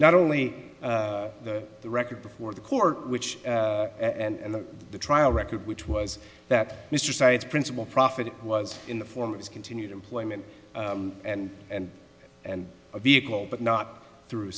only the record before the court which and the trial record which was that mr science principal profit was in the form of his continued employment and and and a vehicle but not through